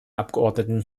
abgeordneten